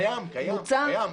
קיים, קיים.